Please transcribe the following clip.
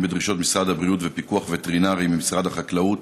בדרישות משרד הבריאות ופיקוח וטרינרי ממשרד החקלאות,